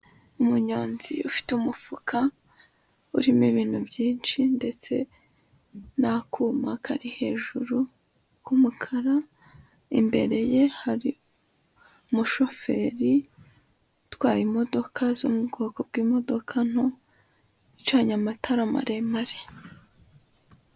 Umunyonzi ufite umufuka urimo ibintu byinshi ndetse n'akuma kari hejuru k'umukara imbere ye hari umushoferi utwaye imodoka zo mu bwoko bw'imodoka nto icanye amatara maremare.